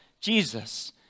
Jesus